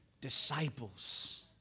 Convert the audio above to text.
Disciples